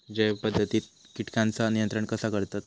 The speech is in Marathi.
जैव पध्दतीत किटकांचा नियंत्रण कसा करतत?